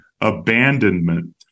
abandonment